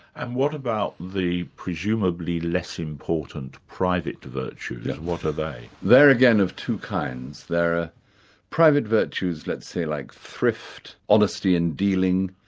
and what about the presumably less important private virtues what are they? they're again of two kinds there are private virtues let's say, like thrift, honesty in dealing,